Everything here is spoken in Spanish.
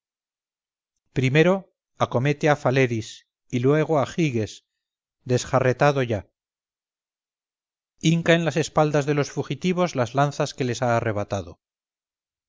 primero acomete a faleris y luego a giges desjarretado ya hinca en las espaldas de los fugitivos las lanzas que les ha arrebatado